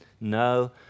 no